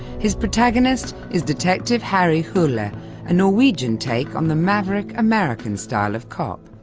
his protagonist is detective harry hole, ah a norwegian take on the maverick american style of cop.